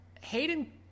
Hayden